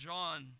John